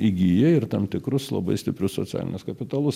įgyja ir tam tikrus labai stiprius socialinius kapitalus